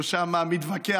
הוא שם מתווכח.